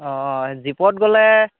অ' জীপত গ'লে